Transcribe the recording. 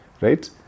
Right